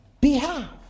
behalf